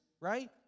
right